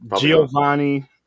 Giovanni